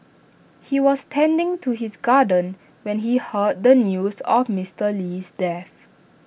he was tending to his garden when he heard the news of Mister Lee's death